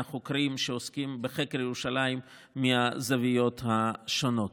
החוקרים שעוסקים בחקר ירושלים מהזוויות השונות.